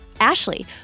Ashley